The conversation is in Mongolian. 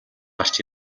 гарч